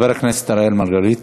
חבר הכנסת אראל מרגלית,